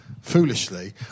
foolishly